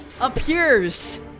appears